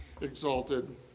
exalted